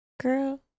Girl